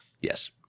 Yes